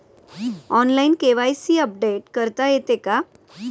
Online KYC update करता येते का?